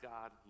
God